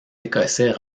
écossais